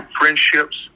friendships